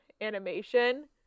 animation